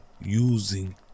using